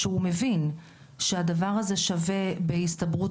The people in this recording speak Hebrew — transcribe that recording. שהוא מבין שהדבר הזה שווה בהסתברות